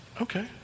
Okay